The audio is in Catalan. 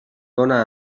dóna